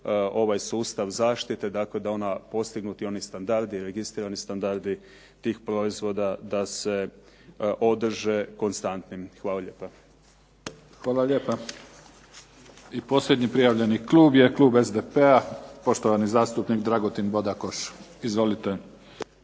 ovaj sustav zaštite, dakle da postignuti oni standardi, registrirani standardi tih proizvoda da se održe konstantnim. Hvala lijepa. **Mimica, Neven (SDP)** Hvala lijepa. I posljednji prijavljeni klub je klub SDP-a. Poštovani zastupnik Dragutin Bodakoš. Izvolite.